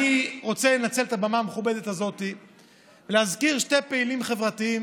אני רוצה לנצל את הבמה המכובדת הזאת ולהזכיר שני פעילים חברתיים,